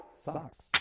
Socks